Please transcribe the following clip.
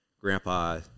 grandpa